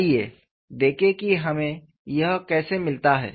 आइए देखें कि हमें यह कैसे मिलता है